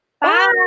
Bye